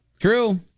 True